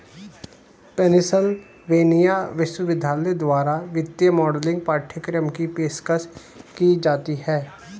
Pennsylvania विश्वविद्यालय द्वारा वित्तीय मॉडलिंग पाठ्यक्रम की पेशकश की जाती हैं